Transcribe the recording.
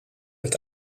het